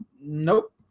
nope